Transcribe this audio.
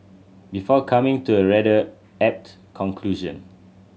before coming to a rather apt conclusion